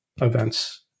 events